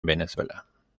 venezuela